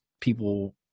people